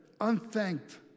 unthanked